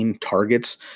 targets